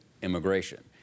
Immigration